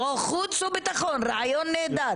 או חוץ וביטחון, רעיון נהדר.